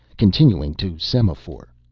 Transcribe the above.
continuing to semaphore.